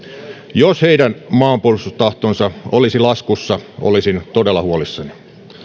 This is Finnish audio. jos heidän maanpuolustustahtonsa olisi laskussa olisin todella huolissani